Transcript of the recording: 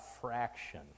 fraction